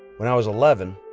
when i was eleven,